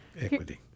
equity